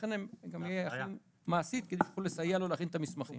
ולכן מעשית הם יוכלו לסייע לו להכין את המסמכים.